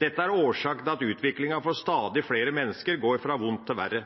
Dette er årsaken til at utviklingen for stadig flere mennesker går fra vondt til verre.